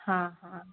हाँ हाँ